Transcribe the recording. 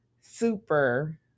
super